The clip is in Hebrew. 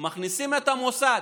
מכניסים את המוסד,